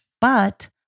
but-